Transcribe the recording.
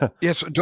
Yes